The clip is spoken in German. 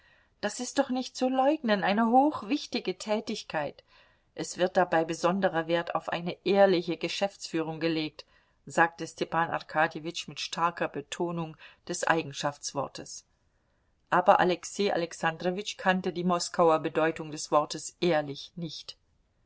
das ist doch nicht zu leugnen eine hochwichtige tätigkeit es wird dabei besonderer wert auf eine ehrliche geschäftsführung gelegt sagte stepan arkadjewitsch mit starker betonung des eigenschaftswortes aber alexei alexandrowitsch kannte die moskauer bedeutung des wortes ehrlich nicht